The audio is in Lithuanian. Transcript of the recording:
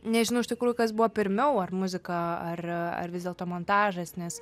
nežinau iš tikrųjų kas buvo pirmiau ar muzika ar ar vis dėlto montažas nes